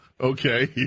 Okay